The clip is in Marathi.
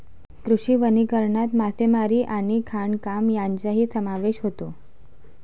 कृषी वनीकरणात मासेमारी आणि खाणकाम यांचाही समावेश होतो